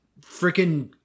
freaking